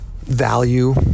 value